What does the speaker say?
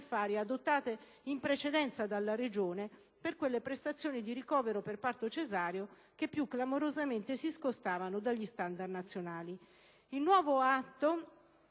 tariffaria adottate in precedenza dalla Regione per quelle prestazioni di ricovero per parto cesareo che più clamorosamente si scostavano dagli standard nazionali. Il nuovo atto